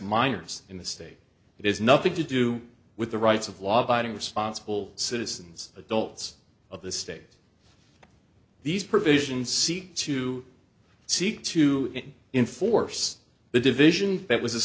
minors in the state it is nothing to do with the rights of law abiding responsible citizens adults of the state these provisions seek to seek to inforce the division that was